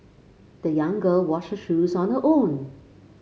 the young girl washed her shoes on her own